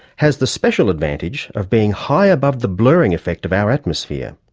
has the special advantage of being high above the blurring effect of our atmosphere.